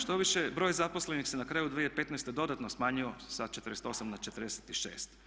Štoviše broj zaposlenih se na kraju 2015. dodatno smanjio sa 48 na 46.